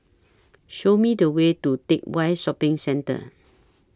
Show Me The Way to Teck Whye Shopping Centre